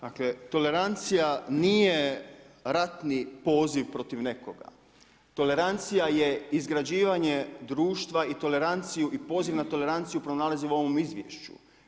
Dakle, tolerancija nije ratni poziv protiv nekoga, tolerancija je izgrađivanje društva i toleranciju i poziv na toleranciju pronalazimo u ovom izvješću.